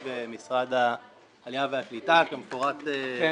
משרד העלייה והקליטה כמפורט לפניכם.